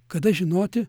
kada žinoti